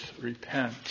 repent